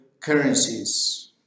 currencies